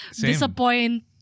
disappoint